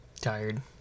tired